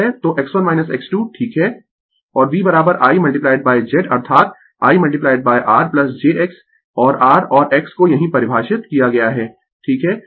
तो X1 X2 ठीक है और V I Z अर्थात I R jX और R और X को यहीं परिभाषित किया गया है ठीक है